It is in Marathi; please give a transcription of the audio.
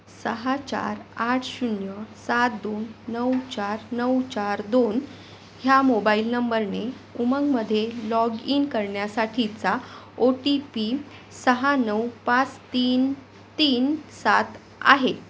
सहा चार आठ शून्य सात दोन नऊ चार नऊ चार दोन ह्या मोबाइल नंबरने उमंगमध्ये लॉग इन करण्यासाठीचा ओ टी पी सहा नऊ पाच तीन तीन सात आहे